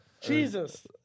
Jesus